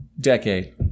Decade